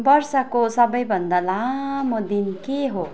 वर्षको सबैभन्दा लामो दिन के हो